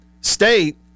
State